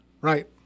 Right